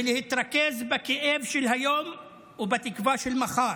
ולהתרכז בכאב של היום ובתקווה של מחר.